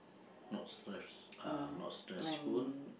not stress ah not stressful